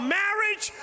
marriage